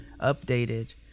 updated